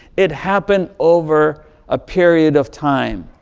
it happened over a period of time.